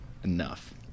enough